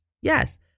Yes